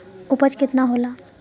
उपज केतना होला?